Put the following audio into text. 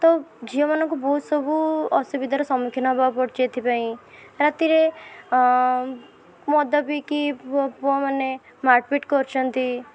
ତ ଝିଅମାନଙ୍କୁ ବହୁତ ସବୁ ଅସୁବିଧାର ସମ୍ମୁଖୀନ ହେବାକୁ ପଡ଼ୁଛି ଏଥିପାଇଁ ରାତିରେ ମଦ ପିଇକି ପୁଅମାନେ ମାଡ଼ପିଟ କରୁଛନ୍ତି